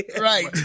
Right